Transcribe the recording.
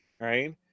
right